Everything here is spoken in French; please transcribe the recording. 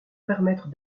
permettre